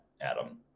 Adam